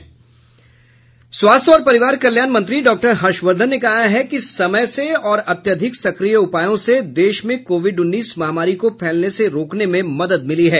स्वास्थ्य और परिवार कल्याण मंत्री डॉ हर्षवर्धन ने कहा है कि समय से और अत्यधिक सक्रिय उपायों से देश में कोविड उन्नीस महामारी को फैलने से रोकने में मदद मिली है